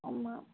ஆமாம்